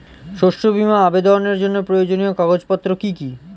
শস্য বীমা আবেদনের জন্য প্রয়োজনীয় কাগজপত্র কি কি?